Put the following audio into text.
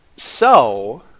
so,